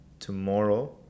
Tomorrow